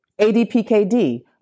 ADPKD